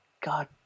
God